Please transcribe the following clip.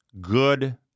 good